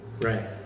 Right